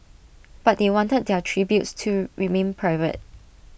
but they wanted their tributes to remain private